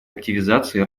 активизации